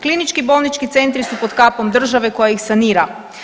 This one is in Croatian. Klinički bolnički centri su pod kapom države koja ih sanira.